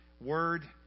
Word